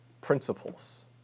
principles